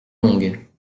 longue